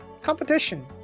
competition